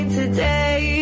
today